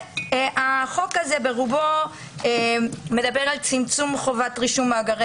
החוק הזה ברובו מדבר על צמצום חובת רישום מאגרי